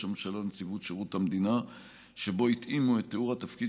הממשלה ונציבות שירות המדינה שבו התאימו את תיאור התפקיד